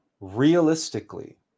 realistically